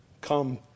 come